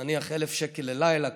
נניח 1,000 שקל ללילה,